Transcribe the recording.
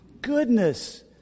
Goodness